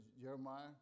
Jeremiah